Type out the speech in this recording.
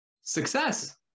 Success